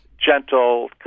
Gentle